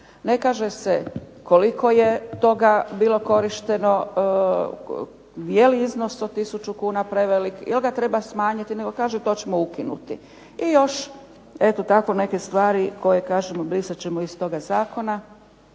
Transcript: Ne kaže se koliko je toga bilo korišteno, jeli iznos od tisuću kuna prevelik, jel ga treba smanjiti, nego kaže to ćemo ukinuti. I još eto tako neke stvari koje kažemo brisat ćemo iz toga zakona,